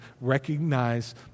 recognize